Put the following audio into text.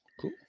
Cool